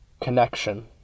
Connection